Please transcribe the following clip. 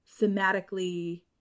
thematically